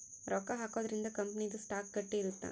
ರೊಕ್ಕ ಹಾಕೊದ್ರೀಂದ ಕಂಪನಿ ದು ಸ್ಟಾಕ್ ಗಟ್ಟಿ ಇರುತ್ತ